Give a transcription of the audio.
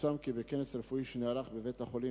פורסם כי בכנס רפואי שנערך בבית-החולים